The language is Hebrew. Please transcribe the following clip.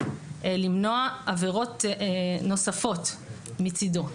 למנוע עבירות נוספות מצדו.